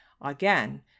Again